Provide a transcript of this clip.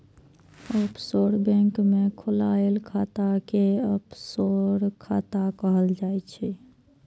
offshore bank मे खोलाएल खाता कें ऑफसोर खाता कहल जाइ छै